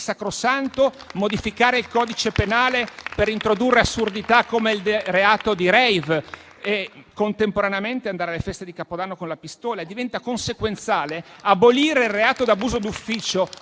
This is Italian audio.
sacrosanto modificare il codice penale per introdurre assurdità come il reato di *rave* e contemporaneamente andare alle feste di Capodanno con la pistola. Diventa consequenziale abolire il reato di abuso d'ufficio